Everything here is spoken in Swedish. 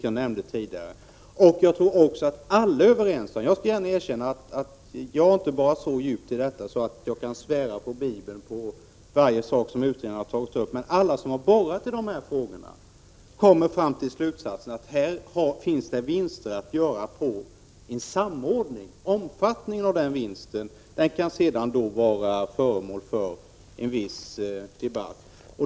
Jag skall gärna erkänna att jag inte borrat så djupt i detta att jag kan svära på varje sak som utredningen har tagit upp, men alla som har borrat i de här frågorna har kommit till slutsatsen att det här finns vinster att göra på en samordning. Omfattningen av den vinsten kan sedan bli föremål för en viss debatt.